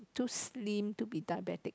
too slim to be diabetic